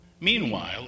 Meanwhile